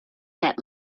that